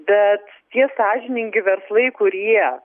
bet tie sąžiningi verslai kurie